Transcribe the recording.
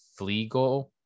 Fleagle